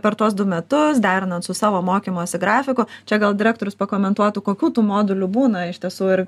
per tuos du metus derinant su savo mokymosi grafiku čia gal direktorius pakomentuotų kokių tų modulių būna iš tiesų ir